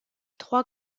trois